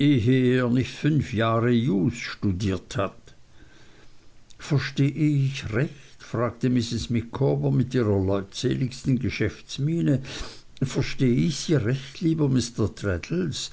nicht fünf jahre jus studiert hat verstehe ich recht fragte mrs micawber mit ihrer leutseligsten geschäftsmiene verstehe ich sie recht lieber mr